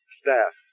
staff